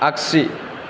आगसि